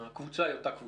הקבוצה היא אותה קבוצה.